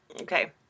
Okay